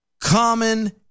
common